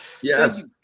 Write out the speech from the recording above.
Yes